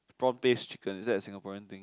prawn paste chicken is that a Singaporean thing